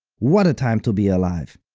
what a time to be alive!